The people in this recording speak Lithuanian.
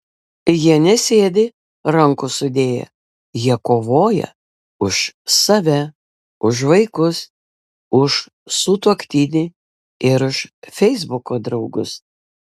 jie nesėdi rankų sudėję jie kovoja už save už vaikus už sutuoktinį ir už feisbuko draugus